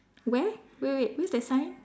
where wait wait where's that sign